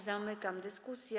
Zamykam dyskusję.